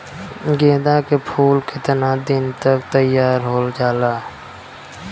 गेंदा के फूल केतना दिन में तइयार हो जाला?